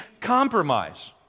compromise